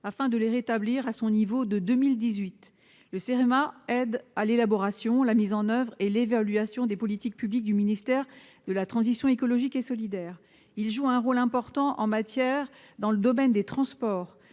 et à les rétablir à leur niveau de 2018. Le Cerema aide à l'élaboration, à la mise en oeuvre et à l'évaluation des politiques publiques du ministère de la transition écologique et solidaire. Il joue un rôle important dans le domaine des transports,